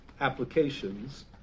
applications